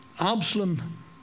Absalom